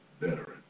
veteran